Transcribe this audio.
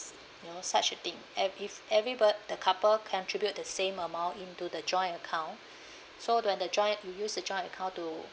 you know such a thing and if everybod~ the couple contribute the same amount into the joint account so when the joint you use the joint account to